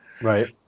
Right